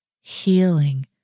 healing